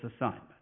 assignment